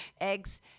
Eggs